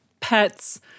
pets